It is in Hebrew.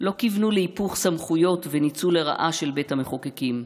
לא כיוונו להיפוך סמכויות וניצול לרעה של בית המחוקקים.